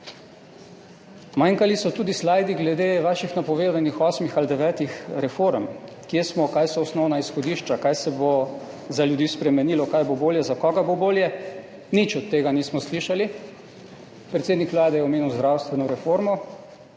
Manjkali so tudi slajdi glede vaših napovedanih osmih ali devetih reform, kje smo, kaj so osnovna izhodišča, kaj se bo za ljudi spremenilo, kaj bo bolje, za koga bo bolje. Nič od tega nismo slišali. Predsednik Vlade je omenil zdravstveno reformo,